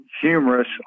humorous